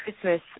Christmas